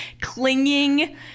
clinging